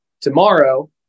tomorrow